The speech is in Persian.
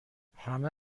همه